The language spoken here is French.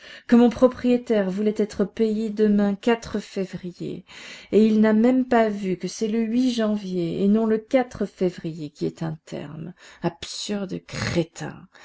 que mon propriétaire voulait être payé demain février et il n'a même pas vu que c'est le janvier et non le février qui est un terme absurde crétin